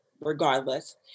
regardless